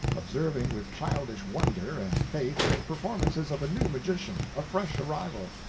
observing with childish wonder and faith the performances of a new magician, a fresh arrival.